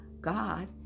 God